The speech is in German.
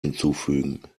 hinzufügen